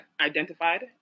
identified